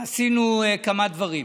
עשינו כמה דברים.